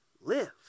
live